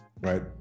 right